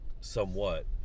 somewhat